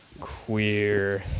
Queer